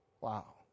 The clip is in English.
Wow